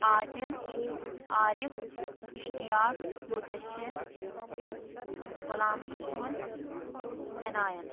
Adil Arif Ishtiaq Mudassir Ghulam Rasool Inayat